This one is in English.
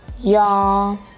Y'all